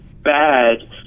bad